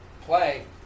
play